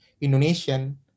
indonesian